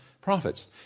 prophets